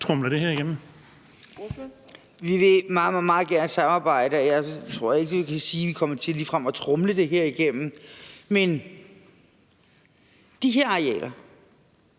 Mette Gjerskov (S): Vi vil meget, meget gerne samarbejde, og jeg tror ikke, man kan sige, at vi ligefrem kommer til at tromle det her igennem. Men de her arealer